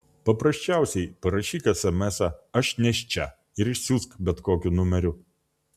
paprasčiausiai parašyk esemesą aš nėščia ir išsiųsk bet kokiu numeriu